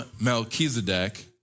Melchizedek